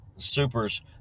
supers